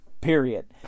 period